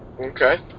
Okay